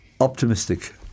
optimistic